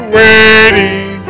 waiting